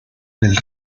del